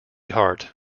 hart